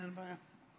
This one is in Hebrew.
אין בעיה.